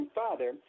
father